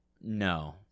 No